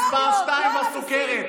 נאמתי על זה בשבוע שעבר, ואפילו הסכמת איתי.